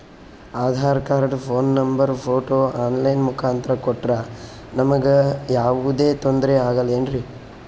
Aadhaar card, phone number, photo online ಮುಖಾಂತ್ರ ಕೊಟ್ರ ನಮಗೆ ಯಾವುದೇ ತೊಂದ್ರೆ ಆಗಲೇನ್ರಿ?